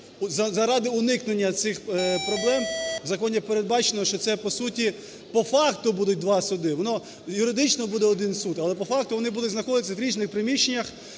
заради уникнення цих проблем в законі передбачено, що це, по суті, по факту будуть два суди. Воно юридично буде один суд, але по факту вони будуть знаходитись в різних приміщеннях,